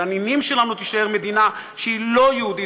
לנינים שלנו תישאר מדינה שהיא לא יהודית